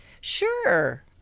sure